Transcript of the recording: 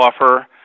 offer